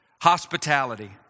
hospitality